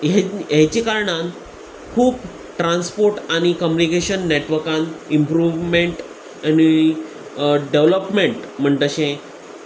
हे हेचे कारणान खूब ट्रांसपोर्ट आनी कम्युनिकेशन नॅटवर्कान इम्प्रुवमेंट आनी डॅवलपमेंट म्हणटा तशें